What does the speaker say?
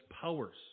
powers